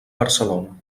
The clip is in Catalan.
barcelona